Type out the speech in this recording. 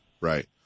right